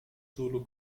solo